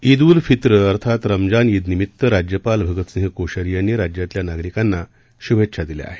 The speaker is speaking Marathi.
ईद उल फित्र अर्थात रमजान ईदनिमित्त राज्यपाल भगतसिंह कोश्यारी यांनी राज्यातल्या नागरिकांना शुभेच्छा दिल्या आहेत